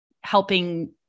helping